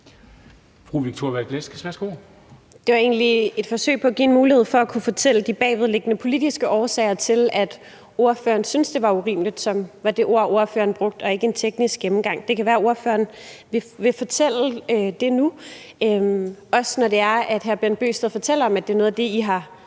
Det er egentlig et forsøg på at give ordføreren en mulighed for at kunne fortælle om de bagvedliggende politiske årsager til, at ordføreren synes, det er urimeligt, som var det ord, ordføreren brugte, og ikke en teknisk gennemgang. Det kan være, at ordføreren vil fortælle det nu – også når hr. Bent Bøgsted fortæller om, at det er noget af det, I har